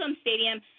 Stadium